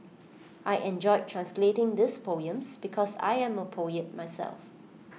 I enjoyed translating those poems because I am A poet myself